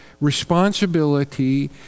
responsibility